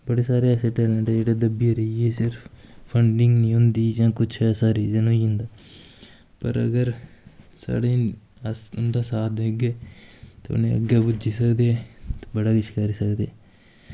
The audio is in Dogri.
बड़े सारे ऐसे टैलेंट जेह्ड़े दब्बियै रेही गे सिर्फ फंडिंग निं होंदी जां कुछ ऐसा रीज़न होई जंदा पर साढ़े अगर अस उं'दा साथ देगे ते उ'नें अग्गै पुज्जी सकदे ते बड़ा किश करी सकदे